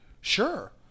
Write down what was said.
Sure